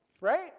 Right